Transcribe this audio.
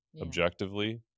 objectively